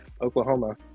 Oklahoma